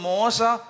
Mosa